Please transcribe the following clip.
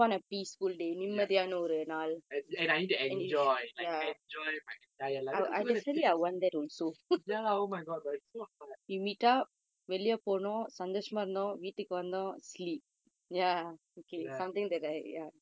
ya and I need to enjoy like enjoy my entire life because ya oh my god but it's so hard right